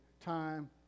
Time